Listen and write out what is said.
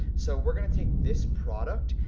so we're gonna take this product,